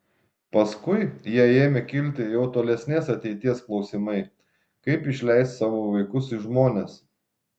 paskui jai ėmė kilti jau tolesnės ateities klausimai kaip išleis savo vaikus į žmones